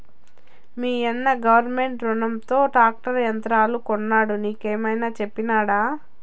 మీయన్న గవర్నమెంట్ రునంతో ట్రాక్టర్ యంత్రాలు కొన్నాడు నీకేమైనా చెప్పినాడా